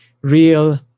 real